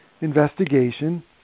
investigation